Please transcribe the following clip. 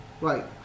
right